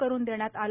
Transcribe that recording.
करून देण्यात आला